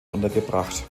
untergebracht